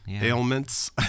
ailments